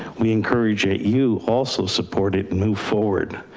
we encourage it. you also support it and move forward.